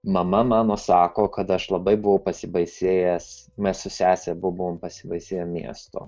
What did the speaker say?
mama mano sako kad aš labai buvau pasibaisėjęs mes su sese buvom pasibaisėję miesto